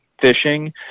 fishing